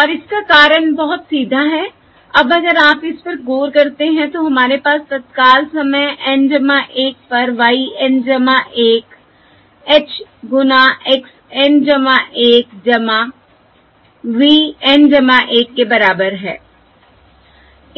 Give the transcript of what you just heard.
और इसका कारण बहुत सीधा है अब अगर आप इस पर गौर करते हैं तो हमारे पास तत्काल समय N 1 पर y N 1 h गुना x N 1 v N 1 के बराबर है